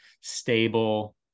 stable